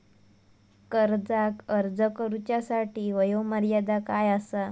कर्जाक अर्ज करुच्यासाठी वयोमर्यादा काय आसा?